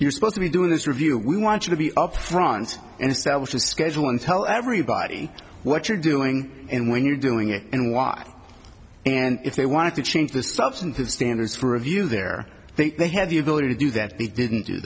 you're supposed to be doing this review we want you to be up front and establish a schedule and tell everybody what you're doing and when you're doing it and why and if they wanted to change the substantive standards for review there they may have the ability to do that they didn't do